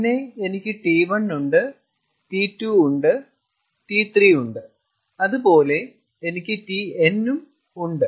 പിന്നെ എനിക്ക് T1 ഉണ്ട് T2 ഉണ്ട് T3 ഉണ്ട് അതുപോലെ എനിക്ക് Tn ഉണ്ട്